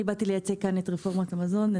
אני באתי לייצג כאן את רפורמת המזון.